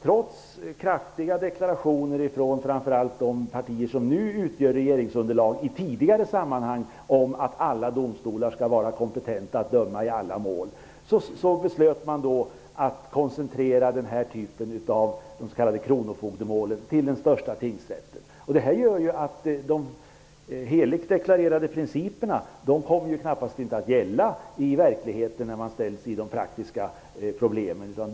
Trots kraftfulla deklarationer från framför allt de partier som nu utgör regeringsunderlag i tidigare sammanhang om att alla domstolar skall vara kompetenta att döma i alla mål beslöt man att koncentrera s.k. kronofogdemål till den största tingsrätten. De heligt deklarerade principerna kom knappast inte att gälla i verkligheten, när man ställdes inför de praktiska problemen.